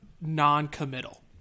non-committal